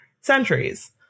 centuries